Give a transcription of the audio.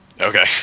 Okay